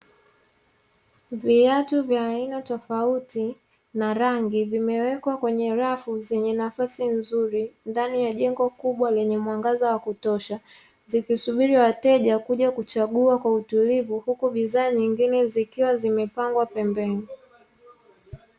Viatu vya aina tofauti na rangi vimewekwa kwenye rafu zenye nafasi nzuri, ndani ya jengo kubwa lenye mwangaza wa kutosha, zikisubiri wateja kuja kuchagua kwa utulivu, huku bidhaa nyingine zikiwa zimepangwa pembeni.